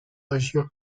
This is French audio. région